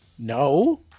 No